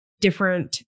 different